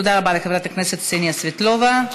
תודה רבה לחברת הכנסת קסניה סבטלובה.